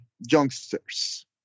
youngsters